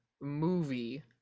movie